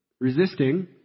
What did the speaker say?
resisting